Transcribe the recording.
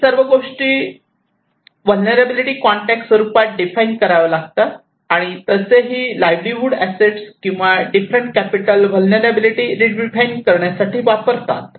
वरील सर्व गोष्टी व्हलनेरलॅबीलीटी कॉंटेक्स स्वरुपात डिफाइन कराव्या लागतात आणि तसेही लाईव्हलीहूड असेट्स किंवा डिफरंट कॅपिटल व्हलनेरलॅबीलीटी रीडिफाइन करण्यासाठी वापरतात